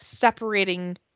separating